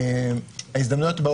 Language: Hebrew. ואלה ההזדמנויות: